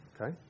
Okay